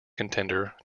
contender